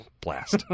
blast